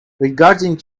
regarding